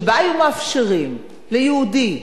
שבה היו מאפשרים ליהודי,